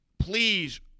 Please